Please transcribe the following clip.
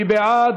מי בעד?